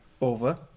over